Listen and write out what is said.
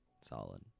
Solid